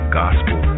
gospel